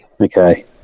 Okay